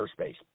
airspace